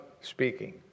speaking